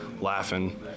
laughing